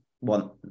want